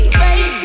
baby